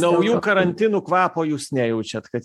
naujų karantinų kvapo jūs nejaučiat kad